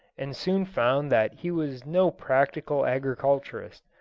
and soon found that he was no practical agriculturist.